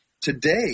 today